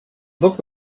looked